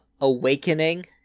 awakening